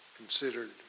Considered